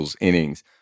innings